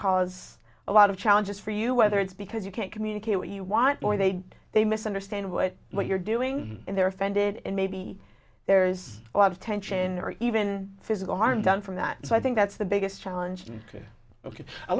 cause a lot of challenges for you whether it's because you can't communicate what you want more they they misunderstand what what you're doing and they're offended and maybe there's a lot of tension or even physical harm done from that so i think that's the biggest challenge and it